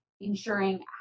ensuring